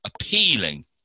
appealing